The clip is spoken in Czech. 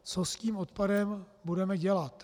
Co s tím odpadem budeme dělat?